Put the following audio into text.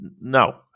no